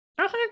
okay